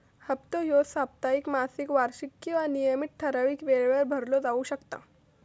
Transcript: हप्तो ह्यो साप्ताहिक, मासिक, वार्षिक किंवा नियमित ठरावीक वेळेवर भरलो जाउ शकता